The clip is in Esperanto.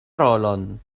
rolon